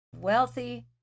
wealthy